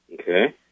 Okay